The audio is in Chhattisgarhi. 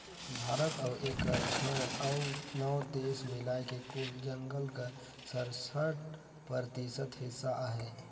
भारत अउ एकर छोंएड़ अउ नव देस मिलाए के कुल जंगल कर सरसठ परतिसत हिस्सा अहे